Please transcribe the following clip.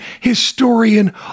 historian